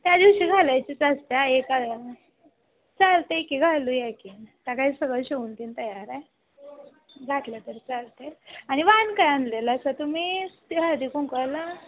त्या दिवशी घालायची च असत्या एका चालतं आहे की घालूया की तर का सगळं शिवून तीन तयार आहे घातलं तरी चालतं आहे आणि वाण काय आणलेलं सा तुम्ही ते हळदी कुंकवाला